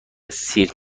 سیرک